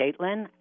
Caitlin